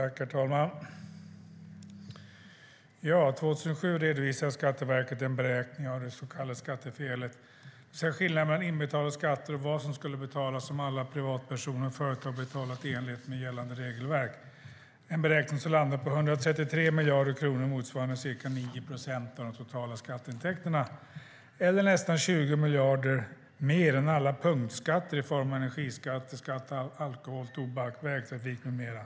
Herr talman! År 2007 redovisade Skatteverket en beräkning av det så kallade skattefelet, det vill säga skillnaden mellan inbetalade skatter och vad som skulle betalas in om alla privatpersoner och företag betalade i enlighet med gällande regelverk. Beräkningen landade på 133 miljarder kronor, motsvarande ca 9 procent av de totala skatteintäkterna eller nästan 20 miljarder mer än alla punktskatter i form av energiskatter och skatt på alkohol, tobak, vägtrafik med mera.